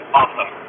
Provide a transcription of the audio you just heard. awesome